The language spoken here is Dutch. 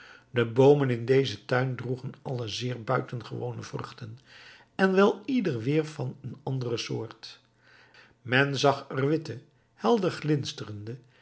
de boomen in dezen tuin droegen alle zeer buitengewone vruchten en wel ieder weer van een andere soort men zag